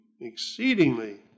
exceedingly